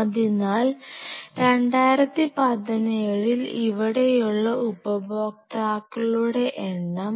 അതിനാൽ 2017 ൽ ഇവിടെയുള്ള ഉപയോക്താക്കളുടെ എണ്ണം